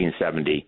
1970